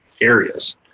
areas